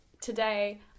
Today